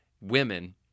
women